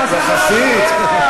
חברי הכנסת יצחק וקנין,